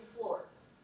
floors